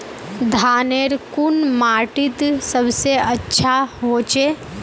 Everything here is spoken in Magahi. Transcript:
धानेर कुन माटित सबसे अच्छा होचे?